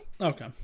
Okay